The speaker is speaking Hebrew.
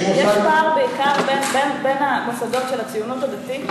יש פער בעיקר בין המוסדות של הציונות הדתית